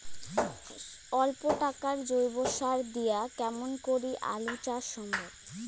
অল্প টাকার জৈব সার দিয়া কেমন করি আলু চাষ সম্ভব?